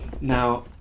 Now